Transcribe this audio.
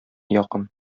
якын